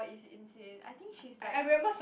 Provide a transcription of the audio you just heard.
but it's insane I think she is like